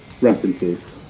references